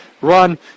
run